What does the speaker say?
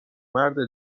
مرد